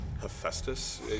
Hephaestus